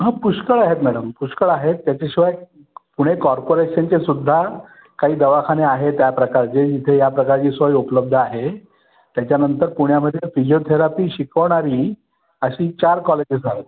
हा पुष्कळ आहेत मॅडम पुष्कळ आहेत त्याच्याशिवाय पुणे कॉर्पोरेशनचेसुद्धा काही दवाखाने आहेत या प्रकारचे जिथे या प्रकारची सोय उपलब्ध आहे त्याच्यानंतर पुण्यामध्ये फिजिओथेरापी शिकवणारी अशी चार कॉलेजेस आहेत